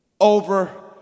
over